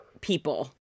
people